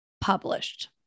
published